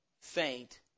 faint